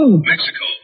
Mexico